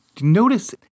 notice